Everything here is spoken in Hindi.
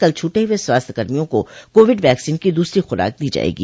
कल छूटे हुए स्वास्थ्य कर्मियों को कोविड वैक्सीन की दूसरी खुराक दी जायेगी